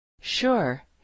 Sure